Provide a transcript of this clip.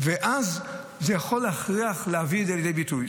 ואז זה יכול להכריח להביא את זה לידי ביטוי.